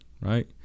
right